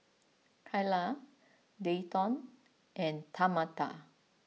Kaila Dayton and Tamatha